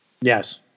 Yes